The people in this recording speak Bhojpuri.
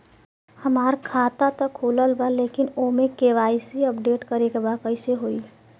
हमार खाता ता खुलल बा लेकिन ओमे के.वाइ.सी अपडेट करे के बा कइसे होई?